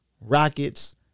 Rockets